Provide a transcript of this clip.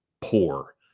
poor